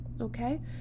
Okay